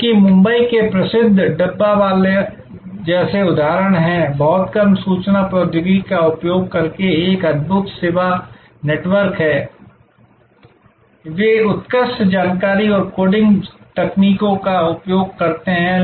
क्योंकि मुंबई के प्रसिद्ध डब्बावालों जैसे उदाहरण हैं बहुत कम सूचना प्रौद्योगिकी का उपयोग करके एक अद्भुत सेवा नेटवर्क है वे उत्कृष्ट जानकारी और कोडिंग तकनीकों का उपयोग करते हैं